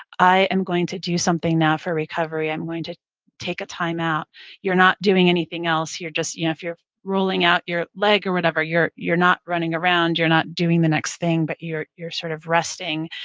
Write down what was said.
i am going to do something now for recovery. i'm going to take a time-out. you're not doing anything else. you're just, you know if you're rolling out your leg or whatever, you're you're not running around, you're not doing the next thing, but you're you're sort of resting.